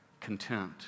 content